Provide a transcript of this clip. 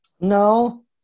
No